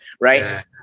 right